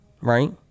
right